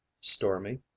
Stormy